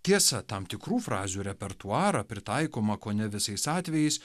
tiesa tam tikrų frazių repertuarą pritaikomą kone visais atvejais